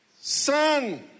son